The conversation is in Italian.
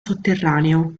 sotterraneo